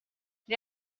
tre